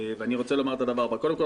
ואני רוצה לומר את הדבר הבא: קודם כול,